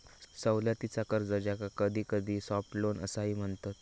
सवलतीचा कर्ज, ज्याका कधीकधी सॉफ्ट लोन असाही म्हणतत